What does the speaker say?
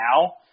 now